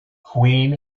queen